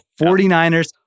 49ers